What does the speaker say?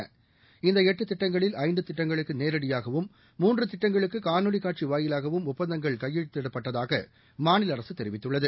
முதலமைச்சர் இந்தஎட்டுதிட்டங்களில் ஐந்துதிட்டங்களுக்குநேரடியாகவும் மூன்றுதிட்டங்களுக்குகாணொலிகாட்சிவாயிலாகவும் ஒப்பந்தங்கள் கையெழுத்திடப்பட்டதாகமாநிலஅரசுதெரிவித்துள்ளது